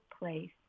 place